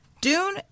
Dune